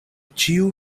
ĉiu